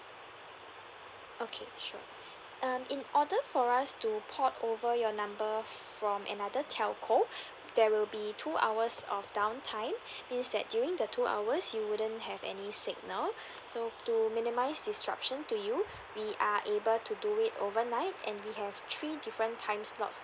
okay sure um in order for us to port over your number from another telco there will be two hours of down time means that during the two hours you wouldn't have any signal so to minimise disruption to you we are able to do it overnight and we have three different time slots